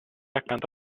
accanto